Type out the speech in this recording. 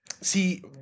see